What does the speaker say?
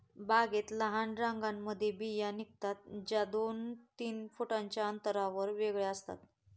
बागेत लहान रांगांमध्ये बिया निघतात, ज्या दोन तीन फुटांच्या अंतरावर वेगळ्या असतात